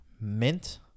mint